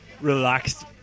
relaxed